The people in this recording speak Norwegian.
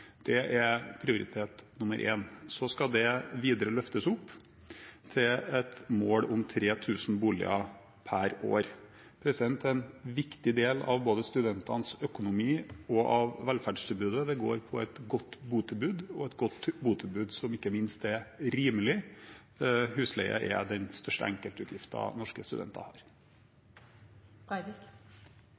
Det er prioritet nr. én. Så skal det løftes videre opp til et mål om 3 000 boliger per år. En viktig del av både studentenes økonomi og velferdstilbud går på et godt botilbud og et godt botilbud som ikke minst er rimelig. Husleie er den største enkeltutgiften norske studenter